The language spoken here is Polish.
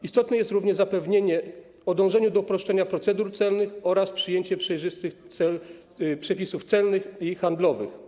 Istotne jest również zapewnienie o dążeniu do uproszczenia procedur celnych oraz przyjęcie przejrzystych przepisów celnych i handlowych.